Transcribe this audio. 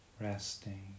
Resting